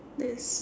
yes